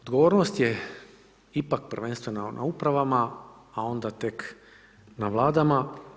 Odgovornost je ipak prvenstveno na upravama, a onda tek na vladama.